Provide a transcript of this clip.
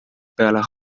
peale